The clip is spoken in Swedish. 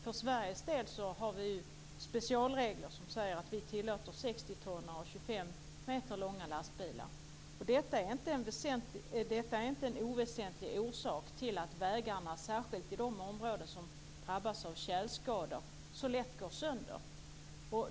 För Sveriges del har vi specialregler. Vi tillåter 60-tonnare och 25 meter långa lastbilar. Detta är inte en oväsentlig orsak till att vägarna, särskilt i de områden som drabbas av tjälskador, så lätt går sönder.